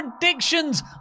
predictions